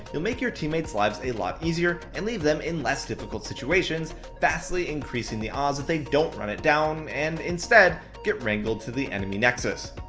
you'll make your teammates lives a lot easier and leave them in less difficult situations, vastly increasing the odds that they don't run it down and instead, get wrangled to the enemy nexus.